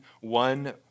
one